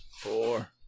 four